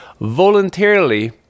voluntarily